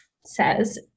Says